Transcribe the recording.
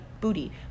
booty